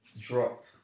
drop